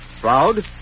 Proud